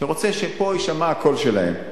ורוצה שפה יישמע הקול שלהם,